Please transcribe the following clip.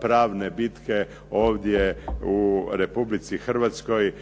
pravne bitke ovdje u Republici Hrvatskoj